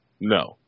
No